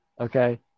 Okay